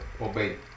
Obey